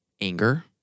anger